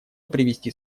привести